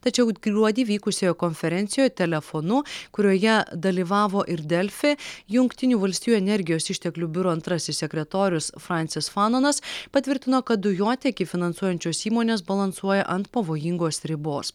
tačiau gruodį vykusioje konferencijoj telefonu kurioje dalyvavo ir delfi jungtinių valstijų energijos išteklių biuro antrasis sekretorius francis fanonas patvirtino kad dujotiekį finansuojančios įmonės balansuoja ant pavojingos ribos